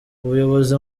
ubuyobozi